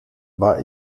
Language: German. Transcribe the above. war